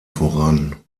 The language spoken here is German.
voran